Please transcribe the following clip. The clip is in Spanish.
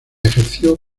ejerció